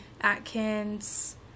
Atkins